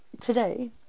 today